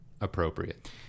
appropriate